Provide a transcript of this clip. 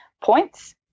points